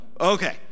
Okay